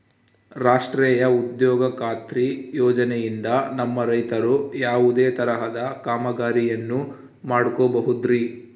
ರಾಷ್ಟ್ರೇಯ ಉದ್ಯೋಗ ಖಾತ್ರಿ ಯೋಜನೆಯಿಂದ ನಮ್ಮ ರೈತರು ಯಾವುದೇ ತರಹದ ಕಾಮಗಾರಿಯನ್ನು ಮಾಡ್ಕೋಬಹುದ್ರಿ?